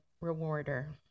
rewarder